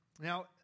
Now